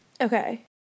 okay